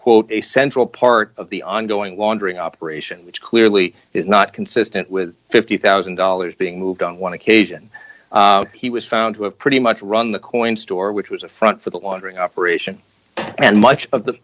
quote a central part of the ongoing laundering operation which clearly is not consistent with fifty thousand dollars being moved on one occasion he was found to have pretty much run the coin store which was a front for the laundering operation and much of th